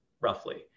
roughly